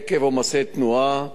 עקב עומסי תנועה,